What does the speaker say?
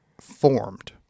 formed